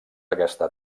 aquesta